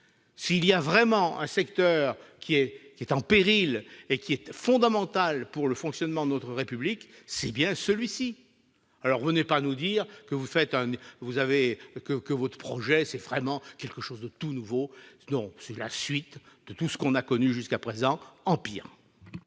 S'il y a bien un secteur qui est en péril alors qu'il est fondamental pour le fonctionnement de notre République, c'est bien celui-ci. Alors, madame la ministre, ne venez pas nous dire que votre projet est quelque chose de tout nouveau. Non ! C'est la suite de tout ce que l'on a connu jusqu'à présent, en pire